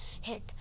hit